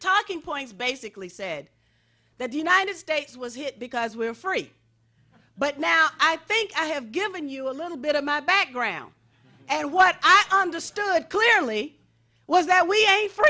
talking points basically said that the united states was here because we're free but now i think i have given you a little bit of my background and what i understood clearly was that we a